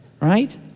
right